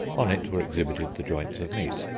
on it were exhibited the joints of meat.